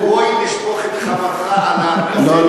גוי לשפוך את חמתך עליו ב"סדר" לא,